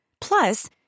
Plus